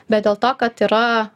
bet dėl to kad yra